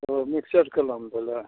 तऽ मिक्सचरके नाम भेलै